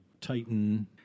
Titan